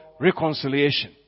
reconciliation